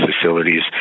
facilities